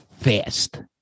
fast